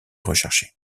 recherché